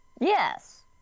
Yes